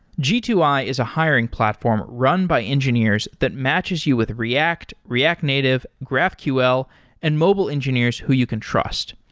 g two i is a hiring platform run by engineers that matches you with react, react native, graphql and mobile engineers who you can trust.